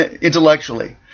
intellectually